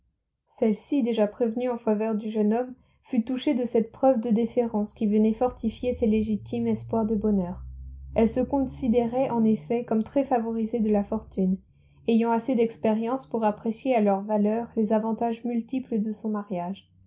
celle-ci déjà prévenue en faveur du jeune homme fut touchée de cette preuve de déférence qui venait fortifier ses légitimes espoirs de bonheur elle se considérait en effet comme très favorisée de la fortune ayant assez d'expérience pour apprécier à leur valeur les avantages multiples de son mariage